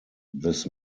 this